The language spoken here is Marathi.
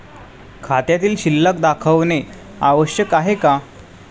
खात्यातील शिल्लक दाखवणे आवश्यक आहे का?